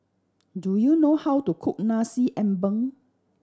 do you know how to cook Nasi Ambeng